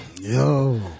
Yo